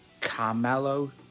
Carmelo